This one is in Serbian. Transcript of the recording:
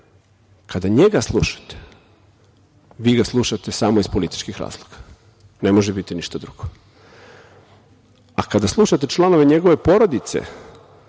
Kada njega slušate, vi ga slušate samo iz političkih razloga. Ne može biti ništa drugo. Kada slušate članove njegove porodice,